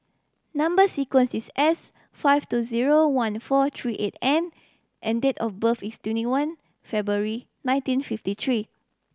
number sequence is S five two zero one four three eight N and date of birth is twenty one February nineteen fifty three